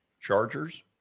Chargers